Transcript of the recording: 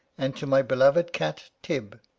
and to my beloved cat, tib,